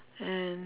and